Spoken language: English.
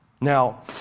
Now